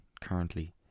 currently